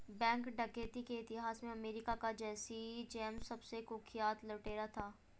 bank डकैती के इतिहास में अमेरिका का जैसी जेम्स सबसे कुख्यात लुटेरा था